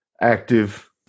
active